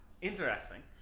Interesting